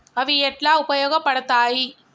అవి ఎట్లా ఉపయోగ పడతాయి?